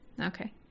Okay